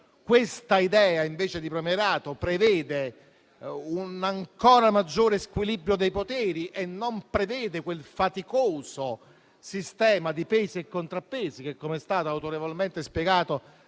- l'idea del premierato prevede un ancora maggiore squilibrio dei poteri e non prevede quel faticoso sistema di pesi e contrappesi che - come è stato autorevolmente spiegato